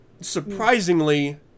Surprisingly